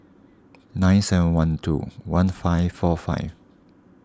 nine seven one two one five four five